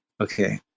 Okay